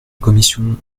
commission